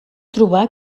trobà